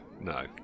no